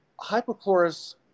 hypochlorous